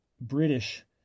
British